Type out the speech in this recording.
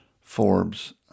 Forbes